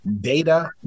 data